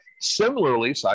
Similarly